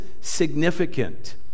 significant